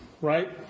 right